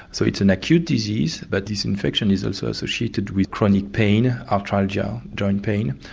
so it's an acute disease but this infection is also associated with chronic pain, arthralgia, joint pain.